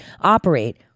operate